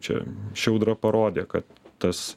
čia ši audra parodė kad tas